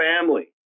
family